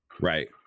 Right